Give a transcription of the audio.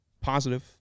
positive –